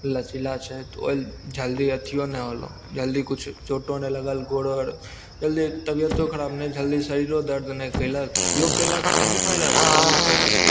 लचीला छै तऽ ओ जल्दी अथिओ नहि होलऽ जल्दी किछु चोटो नहि लागल गोड़ आर जल्दी तबिअतो खराब नहि जल्दी शरीरो दरद नहि कएलक योग कएलाके तनि फायदा छै बहुत फायदा छै